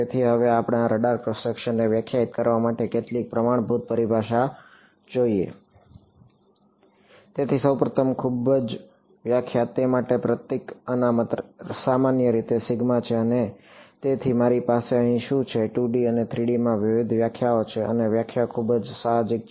તેથી હવે આપણે આ રડાર ક્રોસ સેક્શનને વ્યાખ્યાયિત કરવા માટે કેટલીક પ્રમાણભૂત પરિભાષામાં જઈએ તેથી સૌ પ્રથમ ખૂબ જ વ્યાખ્યા તેના માટે પ્રતીક અનામત સામાન્ય રીતે સિગ્મા છે અને તેથી મારી પાસે અહીં શું છે 2D અને 3D માં વિવિધ વ્યાખ્યાઓ છે અને વ્યાખ્યાઓ ખૂબ જ સાહજિક છે